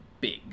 big